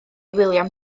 william